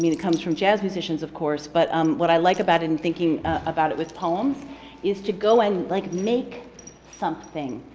it comes from jazz musicians, of course. but um what i like about it and thinking about it with poems is to go and like make something,